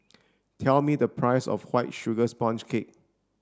tell me the price of white sugar sponge cake